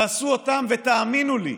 תעשו אותם ותאמינו לי,